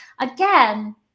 Again